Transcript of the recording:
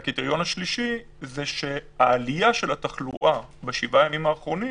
והקריטריון השלישי זה ששיעור העלייה של התחלואה בשבעה ימים האחרונים